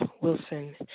Wilson